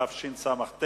התשס"ט